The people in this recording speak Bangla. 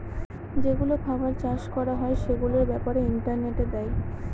যেগুলো খাবার চাষ করা হয় সেগুলোর ব্যাপারে ইন্টারনেটে দেয়